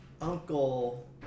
uncle